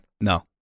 No